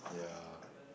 yeah